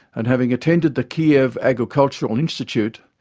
and having attended the kiev agricultural institute,